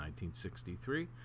1963